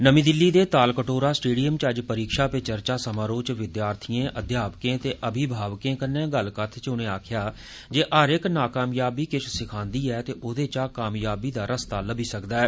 नमीं दिल्ली दे तालकटोरा स्टेडियम च अज परीक्षा पे चर्चा समारोह् च विद्यार्थिएं अध्यापकें ते अमिभावकें कन्नै गल्लबात च उनें आक्खेआ जे हर इक नाकामयाबी किश सखांदी ऐ ते ओहदे चा कामयाबी दा रस लब्बी सकदा ऐ